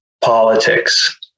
politics